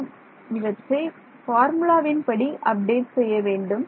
நாம் இவற்றை ஃபார்முலாவின்படி அப்டேட் செய்ய வேண்டும்